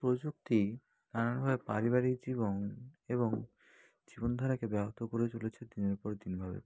প্রযুক্তি নানানভাবে পারিবারিক জীবন এবং জীবনধারাকে ব্যাহত করে চলেছে দিনের পর দিনভাবে